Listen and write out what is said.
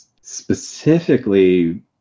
specifically